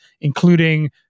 including